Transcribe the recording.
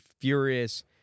furious